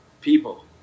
people